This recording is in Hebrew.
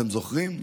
אתם זוכרים,